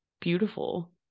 beautiful